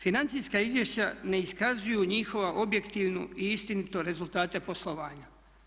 Financijska izvješća ne iskazuju njihovu objektivnu i istinitost rezultata poslovanja.